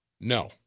No